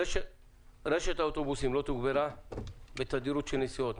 רשת האוטובוסים לא תוגברה בתדירות של הנסיעות.